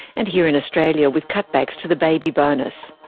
and here in australia with cut backs to the baby bonus.